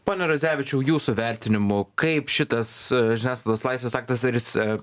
pone radzevičiau jūsų vertinimu kaip šitas žiniasklaidos laisvės aktas ar jis